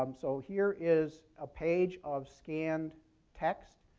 um so here is a page of scanned text,